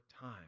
time